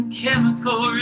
chemical